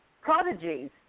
prodigies